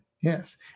Yes